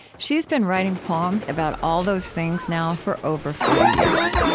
she's been writing poems about all those things now for over forty years.